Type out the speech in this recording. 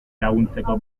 laguntzeko